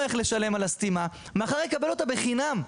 איך לשלם על הסתימה מחר יקבל אותה בחינם.